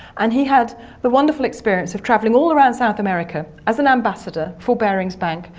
and he had the wonderful experience of travelling all around south america as an ambassador for barings bank,